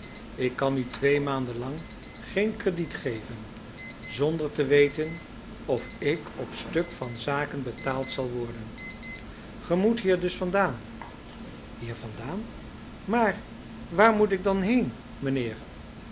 ik kan u twee maanden lang geen krediet geven zonder te weten of ik op stuk van zaken betaald zal worden gij moet hier dus vandaan hier vandaan maar waar moet ik dan heen mijnheer